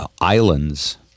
islands